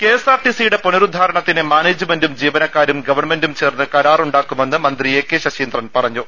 കെഎസ്ആർടിസിയുടെ പുനഃരുദ്ധാരണത്തിന് മാനേജ്മെന്റും ജീവനക്കാരും ഗവൺമെൻ്റും ചേർന്ന് കരാറുണ്ടാക്കുമെന്ന് മന്ത്രി എ കെ ശശീന്ദ്രൻ പറഞ്ഞു